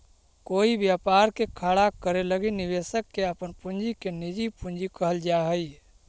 कोई व्यापार के खड़ा करे लगी निवेशक के अपन पूंजी के निजी पूंजी कहल जा हई